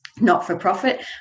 not-for-profit